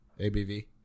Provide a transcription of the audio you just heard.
ABV